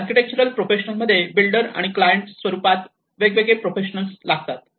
architectural profession मध्ये builder आणि client स्वरूपात वेगळे प्रोफेशनल्स लागतात